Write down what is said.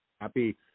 Happy